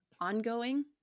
ongoing